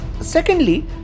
Secondly